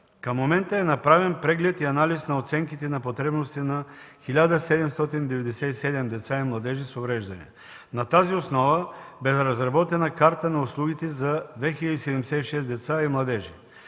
Към момента е направен преглед и анализ на оценките на потребностите на 1797 деца и младежи с увреждания. На тази основа бе разработена Карта на услугите за 2076 деца и младежи.